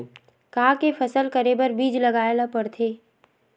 का के फसल करे बर बीज लगाए ला पड़थे?